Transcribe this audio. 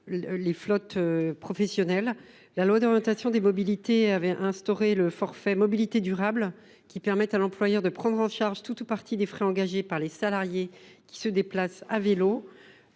les flottes professionnelles. La loi du 24 décembre 2019 d’orientation des mobilités (LOM) a instauré le forfait mobilités durables (FMD), qui permet à l’employeur de prendre en charge tout ou partie des frais engagés par les salariés qui se déplacent à vélo,